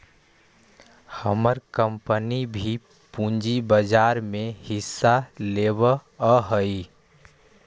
हमर कंपनी भी पूंजी बाजार में हिस्सा लेवअ हई